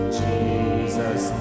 jesus